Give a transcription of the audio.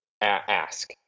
ask